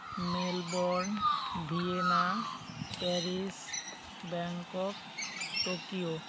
Melbourne Vienna Paris Bangkok Tokyo